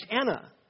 Anna